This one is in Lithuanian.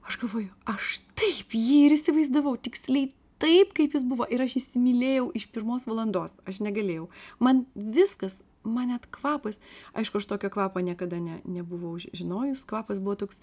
aš galvojau aš taip jį ir įsivaizdavau tiksliai taip kaip jis buvo ir aš įsimylėjau iš pirmos valandos aš negalėjau man viskas man net kvapas aišku aš tokio kvapo niekada ne nebuvau ži žinojus kvapas buvo toks